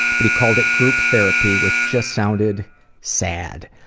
but he called it group therapy which just sounded sad.